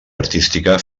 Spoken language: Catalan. artística